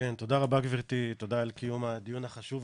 זו נקודה מאוד משמעותית.